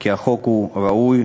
כי החוק הוא ראוי,